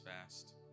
fast